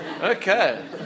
Okay